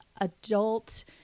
adult